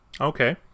okay